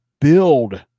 build